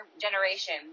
generation